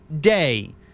day –